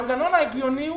המנגנון ההגיוני הוא